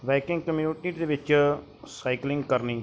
biking community ਦੇ ਵਿੱਚ cycling ਕਰਨੀ